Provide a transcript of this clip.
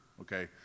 Okay